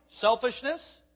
selfishness